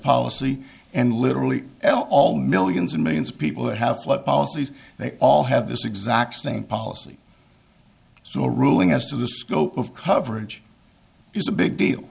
policy and literally l all millions and millions of people that have flood policies they all have this exact same policy so a ruling as to the scope of coverage is a big deal